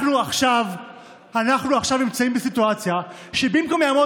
אנחנו עכשיו נמצאים בסיטואציה שבמקום שיעמוד